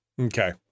Okay